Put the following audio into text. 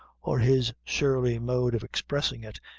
or his surly mode of expressing it,